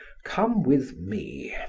come with me,